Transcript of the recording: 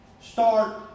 start